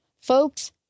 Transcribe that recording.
folks